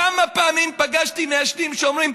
כמה פעמים פגשתי מעשנים שאומרים: